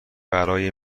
برای